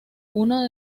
uno